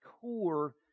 core